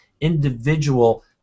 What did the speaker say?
individual